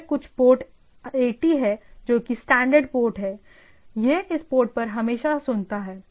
वे कुछ पोर्ट 80 है जोकि स्टैंडर्ड पोर्ट है यह इस पोर्ट पर हमेशा सुनता है